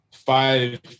five